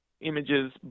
images